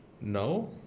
No